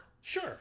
Sure